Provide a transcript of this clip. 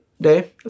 day